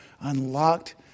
unlocked